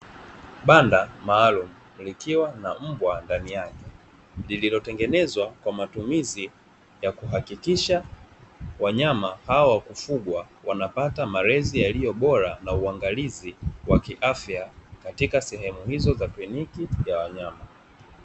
Banda maalumu likiwa na mbwa ndani yake lililotengenezwa kwa matumizi ya kuhakikisha wanyama hao wa kufugwa wanapata malezi yaliyo bora na uangalizi wa kiafya katika sehemu hizo za kliniki ya wanyama.